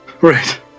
Right